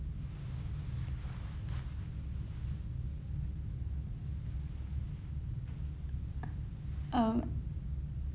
um